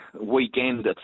weekend